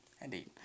indeed